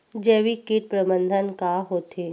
जैविक कीट प्रबंधन का होथे?